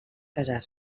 casar